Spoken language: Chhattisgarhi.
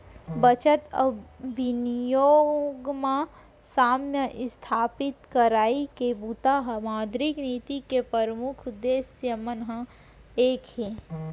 बचत अउ बिनियोग म साम्य इस्थापित करई के बूता ह मौद्रिक नीति के परमुख उद्देश्य मन म एक हे